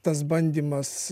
tas bandymas